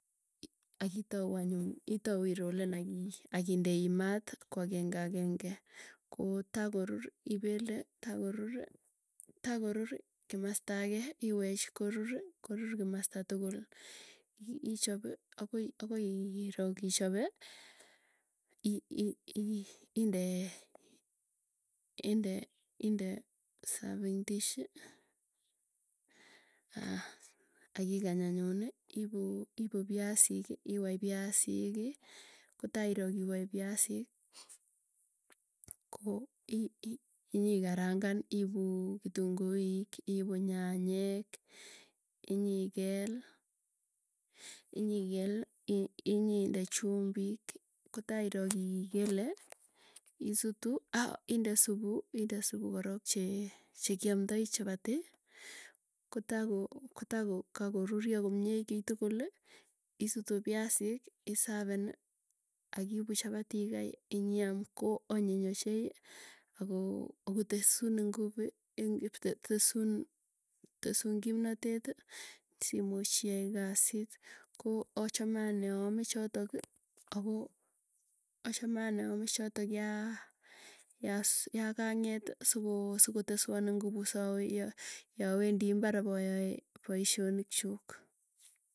Akitau anyuny itou itou irollen akandei maat koageng'e kotakorur ipele takorur kimasta agee iwech koruri korur kimasta tukul, ichopi akoi akoi irok ichope, inde serving dish akikany anyuni ipu piasiki, iwai piasiki kotairo kiwae piasik. Koo inyikarangan iipu kitunguik, iipu nyanyek inyikel inyikel inyinde chumbik, kotai iroo kiiy kele, isutu aou indee supuu. Inde supuu korok chekiamdai chapati kotako, kotako kakoruryo komie kiitukuli isutu piasik, isapeni akiipu chapati ikai inyiam ko anyiny ochei. Ako tesun inguvui eng tesun kipnoteti simuuch iai kasiit ko, ko achame anee aaame chotoki ako yaa kang'et sikoteswo nguvu yaiwendi mbarr ipayae poisyonikchuk.